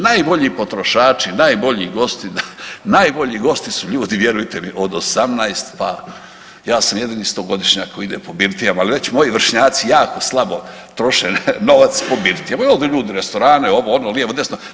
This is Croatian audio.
Najbolji potrošači, najbolji gosti, najbolji gosti su ljudi vjerujte mi od 18., pa ja sam jedini 100-godišnjak koji ide po birtijama, ali već moji vršnjaci jako slabo troše novac po birtijama, odu ljudi u restorane, ovo ono, lijevo desno.